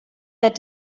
that